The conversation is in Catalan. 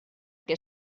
que